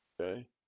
Okay